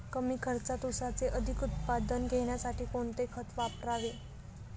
कमी खर्चात ऊसाचे अधिक उत्पादन घेण्यासाठी कोणते खत वापरावे?